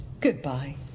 Goodbye